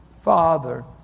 Father